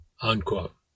Unquote